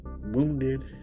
wounded